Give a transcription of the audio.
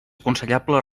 aconsellable